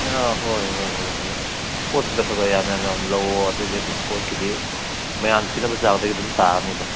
ꯑꯥ ꯍꯣꯏ ꯍꯣꯏ ꯍꯣꯏ ꯍꯣꯏ ꯄꯣꯠꯇꯨꯗ ꯈꯒ ꯌꯥꯝ ꯌꯥꯝ ꯌꯥꯝ ꯂꯧꯑꯣ ꯑꯗꯨꯏꯗꯤ ꯑꯗꯨꯝ ꯄꯣꯠꯀꯤꯗꯤ ꯃꯌꯥꯝꯅ ꯄꯤꯅꯕ ꯆꯥꯡꯗꯩ ꯑꯗꯨꯝ ꯇꯥꯅꯤꯗ